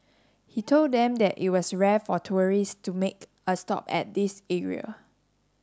he told them that it was rare for tourists to make a stop at this area